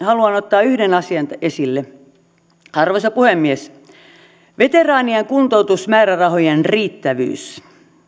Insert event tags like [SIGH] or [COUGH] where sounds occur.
[UNINTELLIGIBLE] haluan ottaa yhden asian esille arvoisa puhemies veteraanien kuntoutusmäärärahojen riittävyys